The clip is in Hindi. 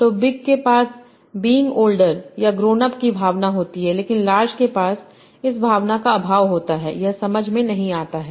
तो बिग के पास बीइंग ओल्डर या ग्रोन अप की भावना होती है लेकिन लार्ज में इस भावना का अभाव होता है यह समझ में नहीं आता है